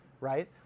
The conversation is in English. right